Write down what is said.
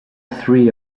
three